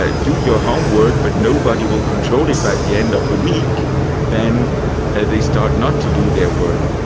ah do your homework, but nobody will control it by the end of the week then they start not to do their work.